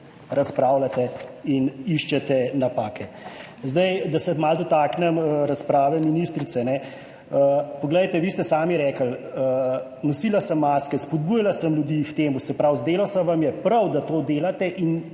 razpravljate in iščete napake. Da se malo dotaknem razprave ministrice. Vi ste sami rekli, nosila sem maske, spodbujala sem ljudi k temu, se pravi, zdelo se vam je prav, da to delate in